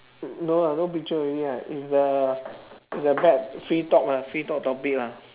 n~ no lah no picture already right is the is the part free talk lah free talk topic lah